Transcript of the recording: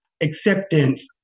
acceptance